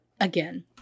again